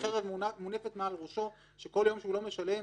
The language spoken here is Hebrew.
כשחרב מונפת מעל ראשו, וכל יום שהוא לא משלם